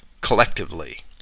collectively